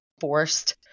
forced